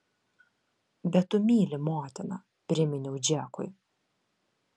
bet tu myli motiną priminiau džekui